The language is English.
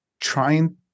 trying –